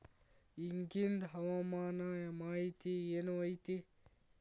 ಇಗಿಂದ್ ಹವಾಮಾನ ಮಾಹಿತಿ ಏನು ಐತಿ?